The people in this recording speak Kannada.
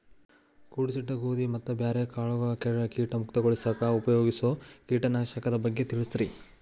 ಕೂಡಿಸಿಟ್ಟ ಗೋಧಿ ಮತ್ತ ಬ್ಯಾರೆ ಕಾಳಗೊಳ್ ಕೇಟ ಮುಕ್ತಗೋಳಿಸಾಕ್ ಉಪಯೋಗಿಸೋ ಕೇಟನಾಶಕದ ಬಗ್ಗೆ ತಿಳಸ್ರಿ